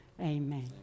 Amen